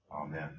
Amen